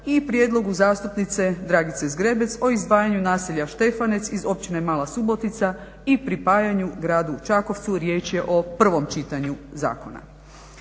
i prijedlogu zastupnice Dragice Zgrebec o izdvajanju naselja Štefanec iz Općine Mala subotica i pripajanju Gradu Čakovcu, riječ je o 1. čitanju zakona.